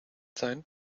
sein